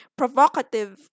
provocative